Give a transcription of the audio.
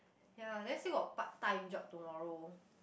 ya then still got part time job tomorrow